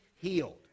healed